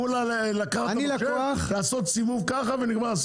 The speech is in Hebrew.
זה כולה לקחת את המחשב,